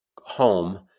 home